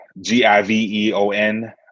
G-I-V-E-O-N